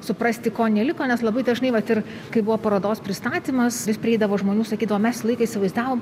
suprasti ko neliko nes labai dažnai vat ir kai buvo parodos pristatymas vis prieidavo žmonių sakydavo mes visą laiką įsivaizdavom